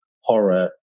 horror